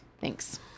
thanks